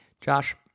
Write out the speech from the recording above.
Josh